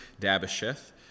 Dabasheth